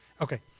Okay